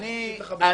אותה הפרת חוק,